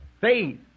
Faith